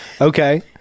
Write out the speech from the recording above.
okay